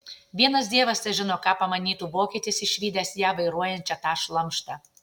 vienas dievas težino ką pamanytų vokietis išvydęs ją vairuojančią tą šlamštą